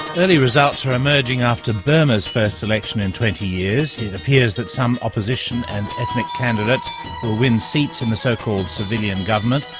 early results are emerging after burma's first election in twenty years. it appears that some opposition and ethnic candidates will win seats in the so-called civilian government,